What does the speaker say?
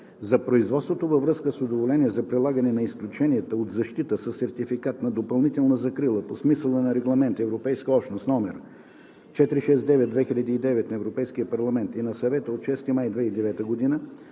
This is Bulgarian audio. За производството във връзка с уведомление за прилагане на изключенията от защита със сертификат за допълнителна закрила по смисъла на Регламент (ЕО) № 469/2009 на Европейския парламент и на Съвета от 6 май 2009 г.